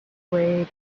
swayed